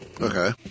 Okay